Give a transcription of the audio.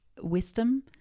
wisdom